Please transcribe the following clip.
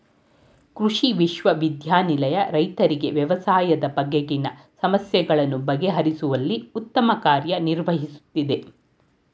ಕೃಷಿ ವಿಶ್ವವಿದ್ಯಾನಿಲಯ ರೈತರಿಗೆ ವ್ಯವಸಾಯದ ಬಗೆಗಿನ ಸಮಸ್ಯೆಗಳನ್ನು ಬಗೆಹರಿಸುವಲ್ಲಿ ಉತ್ತಮ ಕಾರ್ಯ ನಿರ್ವಹಿಸುತ್ತಿದೆ